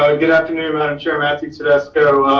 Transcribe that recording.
um good afternoon. chairman, matthew tedesco.